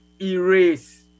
erase